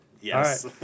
yes